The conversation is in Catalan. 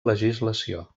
legislació